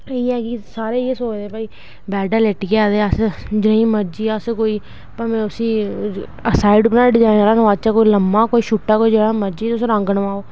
इयै सारे इयै सोचदे भाई बैडै लेटियै ते अस्स ज्नेई मर्जी अस्स कोई भामें उसी साइड उप्परां डिजाइन आहला मंगाचै कोई लम्मा कोई छुट्टा कोई मर्जी तुस रंग नोआओ